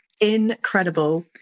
incredible